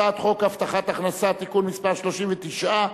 הצעת חוק הבטחת הכנסה (תיקון מס' 39),